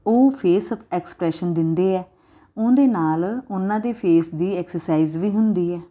ਉਹ face expression ਦਿੰਦੇ ਹੈ ਉਹਦੇ ਨਾਲ ਉਹਨਾਂ ਦੇ ਫੇਸ ਦੀ ਐਕਸਰਸਾਈਜ਼ ਵੀ ਹੁੰਦੀ ਹੈ